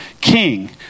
king